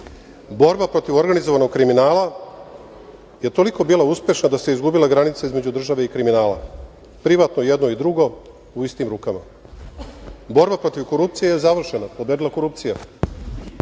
Borba protiv organizovanog kriminala je toliko bila uspešna da se izgubila granica između države i kriminala, privatno je jedno i drugo, u istim rukama. Borba protiv korupcije je završena, pobedila je